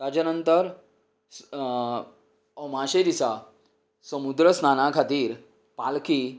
ताच्या नंतर अमाशें दिसांक समुद्र स्नानां खातीर पालखी